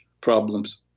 problems